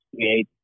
create